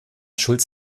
schulz